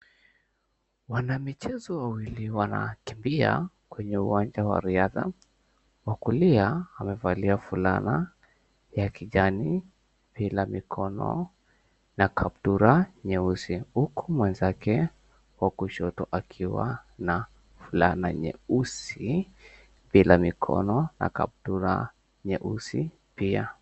Wanamichezo wawili wanakimbia kwenye uwanja wa riadha. Wa kulia amevalia fulana ya kijani kila mkono na kaptula nyeusi. Huku mwenzake wa kushoto akiwa na fulana nyeusi kila mkono na kaptula nyeusi pia.